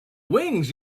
wings